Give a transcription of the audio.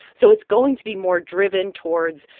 so it's going to be more driven towards,